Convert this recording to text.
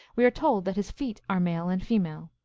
we are told that his feet are male and female.